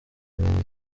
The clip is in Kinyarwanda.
kurinda